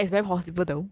or instagram got bug